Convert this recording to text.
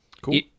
Cool